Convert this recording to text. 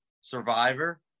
Survivor